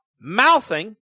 mouthing